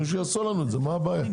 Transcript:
שיעשו לנו את זה, מה הבעיה?